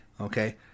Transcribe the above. Okay